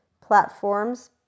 platforms